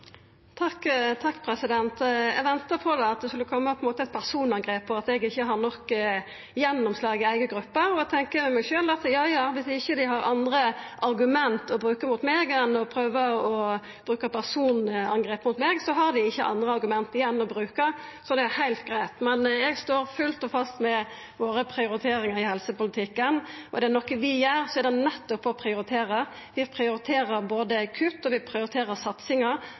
Eg venta på at det skulle koma eit personangrep om at eg ikkje har nok gjennomslag i eiga gruppe. Da tenkjer eg med meg sjølv at dersom dei ikkje har andre argument å bruka mot meg enn å prøva å bruka personangrep – ja, da har dei ikkje andre argument igjen, og det er heilt greitt. Eg står fullt og fast ved prioriteringane våre i helsepolitikken. Er det noko vi gjer, er det nettopp å prioritera. Vi prioriterer både kutt og satsingar, og vi